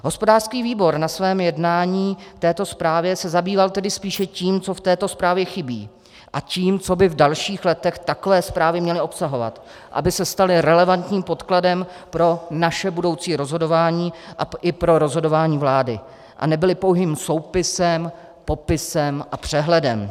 Hospodářský výbor se na svém jednání k této zprávě zabýval tedy spíše tím, co v této zprávě chybí, a tím, co by v dalších letech takové zprávy měly obsahovat, aby se staly relevantním podkladem pro naše budoucí rozhodování a i pro rozhodování vlády a nebyly pouhým soupisem, popisem a přehledem.